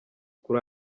kuri